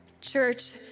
Church